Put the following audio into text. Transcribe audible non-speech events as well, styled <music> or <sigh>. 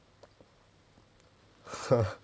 <laughs>